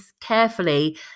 carefully